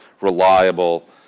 reliable